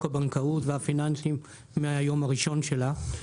הבנקאות והפיננסים מהיום הראשון שלה,